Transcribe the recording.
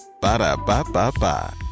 Ba-da-ba-ba-ba